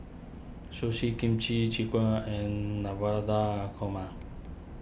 Sushi Kimchi Jjigae and Navratan Korma